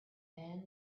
then